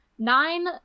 Nine